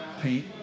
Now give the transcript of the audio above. paint